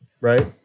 right